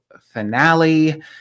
finale